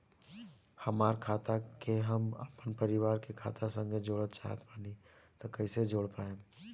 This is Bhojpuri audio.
हमार खाता के हम अपना परिवार के खाता संगे जोड़े चाहत बानी त कईसे जोड़ पाएम?